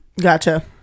gotcha